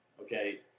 okay